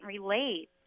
relate